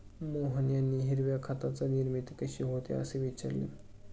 मोहन यांनी हिरव्या खताची निर्मिती कशी होते, असे विचारले